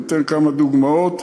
ואני אתן כמה דוגמאות.